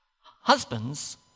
Husbands